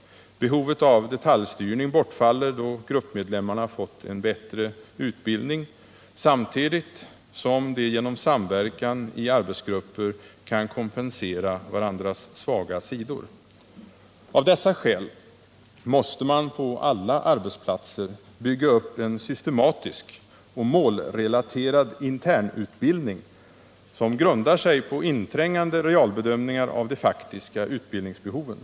Behovet av detaljstyrning bortfaller då gruppmedlemmarna fått en bättre utbildning, samtidigt som de genom samverkan i arbetsgrupper kan kompensera varandras svaga sidor. Av dessa skäl måste man på alla arbetsplatser bygga upp en systematisk och målrelaterad internut Nr 28 bildning, som grundar sig på inträngande realbedömningar av de faktiska Onsdagen den utbildningsbehoven.